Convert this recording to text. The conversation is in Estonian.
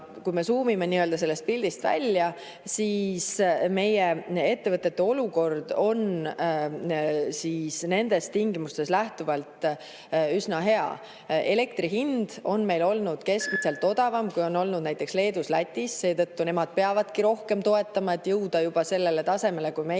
Kui me nii-öelda suumime seda pilti, siis meie ettevõtete olukord on nendest tingimustest lähtuvalt üsna hea. Elektri hind on meil olnud keskmiselt odavam, kui on olnud näiteks Leedus ja Lätis. Seetõttu nemad peavadki rohkem toetama, et jõuda sellele tasemele kui meil.